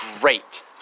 great